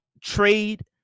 trade